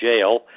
jail